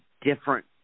different